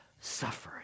suffering